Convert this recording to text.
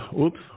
Oops